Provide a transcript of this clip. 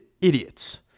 idiots